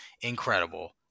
incredible